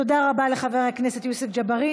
תודה רבה לחבר הכנסת יוסף ג'בארין.